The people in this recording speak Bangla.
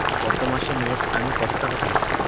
গত মাসে মোট আমি কত টাকা তুলেছি?